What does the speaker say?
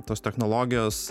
tos technologijos